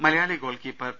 Malayali goalkeeper P